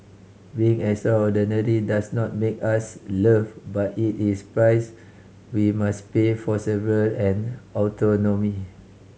being extraordinary does not make us loved but it is price we must pay for survival and autonomy